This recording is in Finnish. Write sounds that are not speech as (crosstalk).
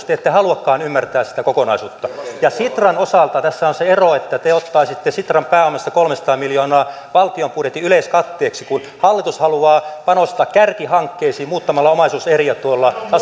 (unintelligible) te ette haluakaan ymmärtää tätä isoa kokonaisuutta ja sitran osalta tässä on se ero että te ottaisitte sitran pääomasta kolmesataa miljoonaa valtion budjetin yleiskatteeksi kun hallitus haluaa panostaa kärkihankkeisiin muuttamalla omaisuuseriä